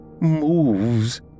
moves